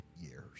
years